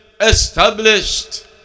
established